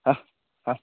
हां हां